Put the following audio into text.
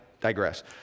digress